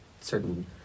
certain